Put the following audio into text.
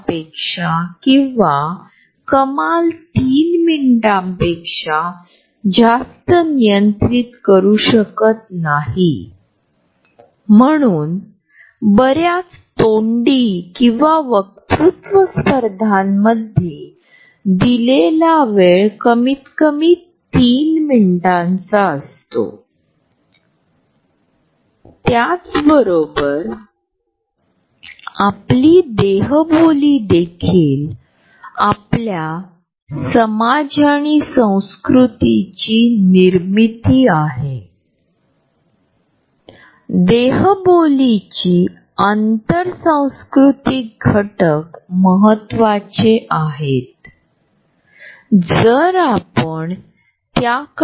जर अॅमीग्दाला खराब झाले असेल तर लोक आपल्या वैयक्तिक जागेची समज कमी करू शकतात आणि आपल्या किशोरवयीन काळात आपल्या आजूबाजूच्या अदृश्य फुग्यांचा आकार घट्ट होतात कारण ते संस्कृतीवर अवलंबून असतात